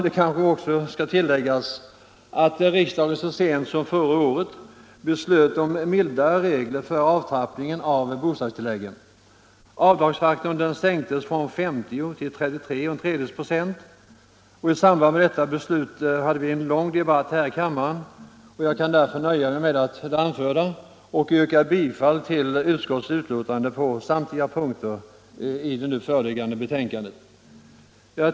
Det kan också tilläggas att riksdagen så sent som förra året beslöt om mildare regler för avtrappningen av bostadstilläggen. Avdragsfaktorn sänktes från 50 till 33 1/3 96. I samband med detta beslut hade vi en lång debatt i kammaren, och jag kan därför nöja mig med det anförda och yrka bifall till utskottets hemställan på samtliga punkter i det nu föreliggande betänkandet.